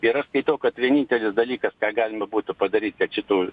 ir aš skaitau kad vienintelis dalykas ką galima būtų padaryt kad šitų